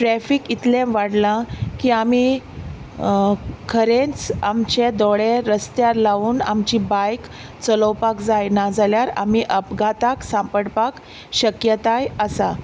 traffic इतलें वाडलां की आमी खरेंच आमचे दोळे रस्त्यार लावून आमची बायक चलोवपाक जाय नाजाल्यार आमी अपघाताक सांपडपाक शक्यताय आसा